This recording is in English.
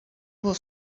was